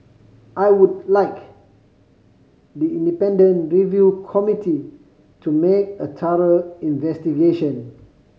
I would like the independent review committee to make a thorough investigation